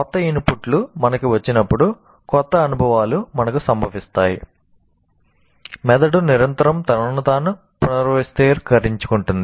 కొత్త ఇన్పుట్లు మనకు వచ్చినప్పుడు కొత్త అనుభవాలు మనకు సంభవిస్తాయి మెదడు నిరంతరం తనను తాను పునర్వ్యవస్థీకరిస్తుంది